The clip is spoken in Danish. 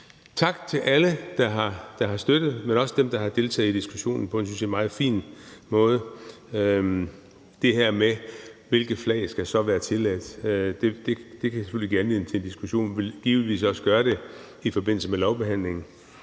Tak til alle, der har støttet, men også til dem, der har deltaget i diskussionen på en, synes jeg, meget fin måde. Det her med, hvilke flag der så skal være tilladt, kan selvfølgelig give anledning til diskussion og vil givetvis også gøre det i forbindelse med lovbehandlingen.